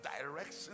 direction